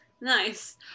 nice